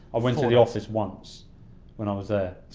ah went to the office once when i was ah